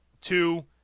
Two